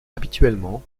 habituellement